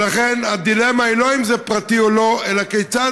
ולכן הדילמה היא לא אם זה פרטי או לא אלא כיצד